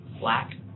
black